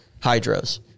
Hydros